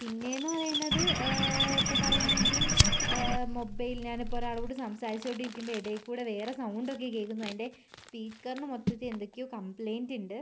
പിന്നെയെന്ന് പറയുന്നത് ഇപ്പം പറയുകയാണെങ്കിൽ മൊബൈൽ ഞാൻ ഇപ്പോൾ ഒരാളോട് സംസാരിച്ചു കൊണ്ടിരിക്കുമ്പോൾ ഇടയിൽ കൂടി വേറെ സൗണ്ട് ഒക്കെ കേൾക്കുന്നു അതിൻ്റെ സ്പീക്കറിന് മൊത്തത്തിൽ എന്തൊക്കെയോ കംപ്ലെയിന്റ് ഉണ്ട്